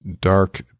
dark